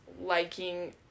liking